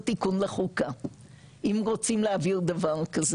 תיקון לחוקה אם רוצים להעביר דבר כזה,